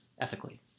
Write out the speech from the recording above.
ethically